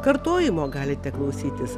kartojimo galite klausytis